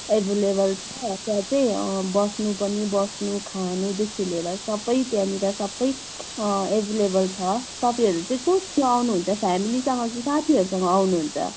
available छ त्यहाँ चाहिँ बस्नुको निम्ति बस्नु खानु त्यहाँनिर सबै एभाइलेबल छ तपाईँहरू चाहिँ कोसँग आउनुहुन्छ फेमिलीसँग कि साथीहरूसँग आउनुहुन्छ